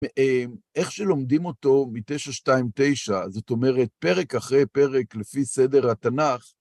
איך שלומדים אותו מתשע שתיים תשע, זאת אומרת פרק אחרי פרק, לפי סדר התנ״ך,